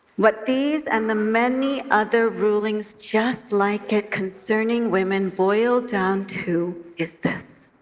what these and the many other rulings just like it concerning women boil down to is this